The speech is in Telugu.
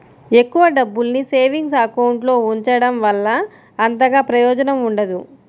ఎక్కువ డబ్బుల్ని సేవింగ్స్ అకౌంట్ లో ఉంచడం వల్ల అంతగా ప్రయోజనం ఉండదు